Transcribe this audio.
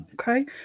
Okay